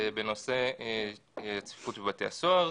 בנושא צפיפות בבתי הסוהר.